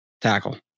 tackle